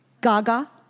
Gaga